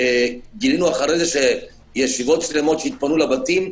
גילינו אחרי זה שישיבות שלמות שפונו לבתים,